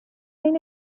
عین